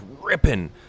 ripping